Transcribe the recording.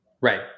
Right